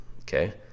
okay